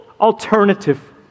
alternative